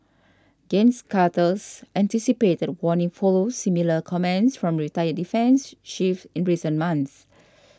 Gens Carter's anticipated warning follows similar comments from retired defence chiefs in recent months